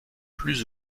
plus